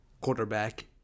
quarterback